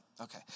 Okay